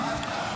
להעביר